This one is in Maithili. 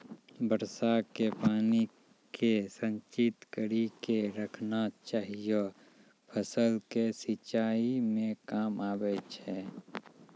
वर्षा के पानी के संचित कड़ी के रखना चाहियौ फ़सल के सिंचाई मे काम आबै छै?